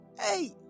Hey